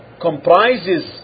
comprises